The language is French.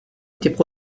étaient